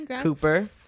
cooper